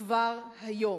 כבר היום.